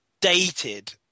dated